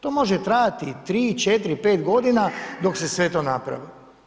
To može trajati i tri, četiri, pet godina dok se sve to napravi.